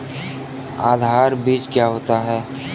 आधार बीज क्या होता है?